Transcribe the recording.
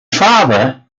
father